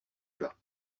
bas